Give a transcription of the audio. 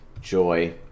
joy